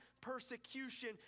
persecution